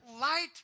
light